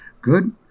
good